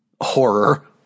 horror